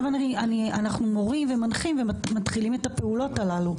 אנחנו מורים ומנחים ומתחילים את הפעולות הללו.